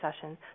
sessions